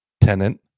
Tenant